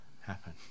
happen